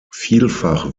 vielfach